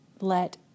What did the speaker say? let